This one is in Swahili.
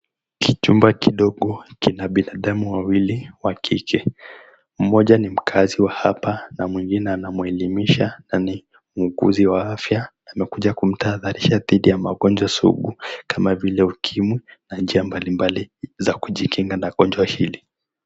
Kijumba kidogo kina binadamu wawili wa kike mmoja ni mkaazi wa hapa na mwingine anamuelimisha nani mkuuzi wa afya amekuja kumtahadharisha dhidi ya magonjwa sugu kama vile ukimwi na njia mbalimbali za kujikinga na ugonjwa hili.